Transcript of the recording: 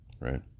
right